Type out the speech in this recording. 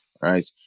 right